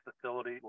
facility